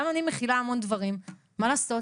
גם אני מכילה המון דברים, מה לעשות?